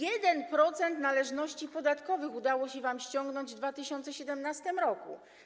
1% należności podatkowych udało się wam ściągnąć w 2017 r.